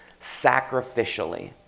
sacrificially